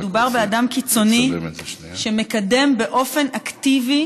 מדובר באדם קיצוני שמקדם באופן אקטיבי